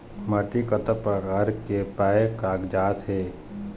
माटी कतक प्रकार के पाये कागजात हे?